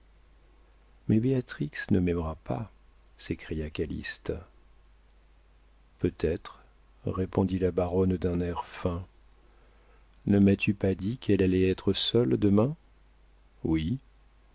mais béatrix ne m'aimera pas s'écria calyste peut-être répondit la baronne d'un air fin ne m'as-tu pas dit qu'elle allait être seule demain oui